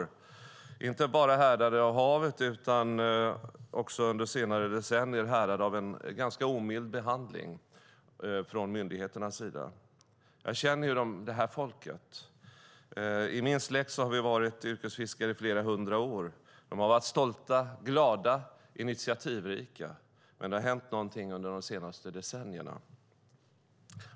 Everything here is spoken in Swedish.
De är inte bara härdade av havet utan under senare decennier också av en ganska omild behandling från myndigheternas sida. Jag känner det här folket. I min släkt har vi varit yrkesfiskare i flera hundra år. De har varit stolta, glada och initiativrika, men det har hänt någonting under de senaste decennierna.